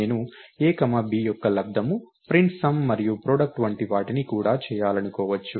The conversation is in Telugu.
నేను ab యొక్క లబ్దము ప్రింట్ సమ్ మరియు ప్రాడక్ట్ వంటి వాటిని కూడా చేయాలనుకోవచ్చు